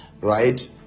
right